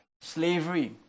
slavery